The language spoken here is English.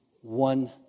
One